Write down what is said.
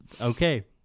okay